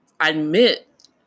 admit